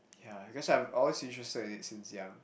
ya because I'm always interested in it since young